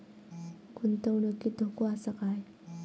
गुंतवणुकीत धोको आसा काय?